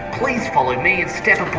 please follow me and step